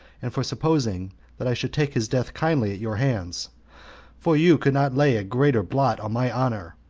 and for supposing that i should take his death kindly at your hands for you could not lay a greater blot on my honor,